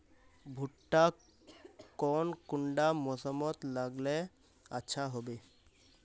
भुट्टा कौन कुंडा मोसमोत लगले अच्छा होबे?